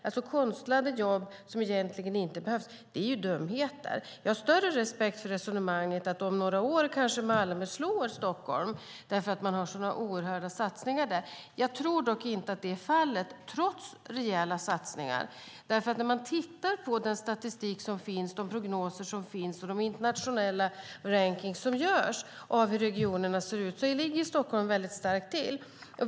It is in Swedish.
Konstlade jobb som egentligen inte behövs - det är ju dumheter. Jag har större respekt för resonemanget att Malmö kanske slår Stockholm om några år eftersom man har sådana oerhörda satsningar där. Trots rejäla satsningar tror jag dock inte att så blir fallet, för när man tittar på den statistik och de prognoser som finns och de internationella rankningar som görs av hur regionerna ser ut ser man att Stockholm ligger väldigt starkt till.